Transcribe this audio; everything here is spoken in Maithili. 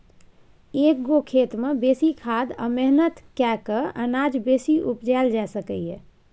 एक्क गो खेत मे बेसी खाद आ मेहनत कए कय अनाज बेसी उपजाएल जा सकैए